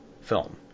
film